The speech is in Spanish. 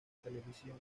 televisión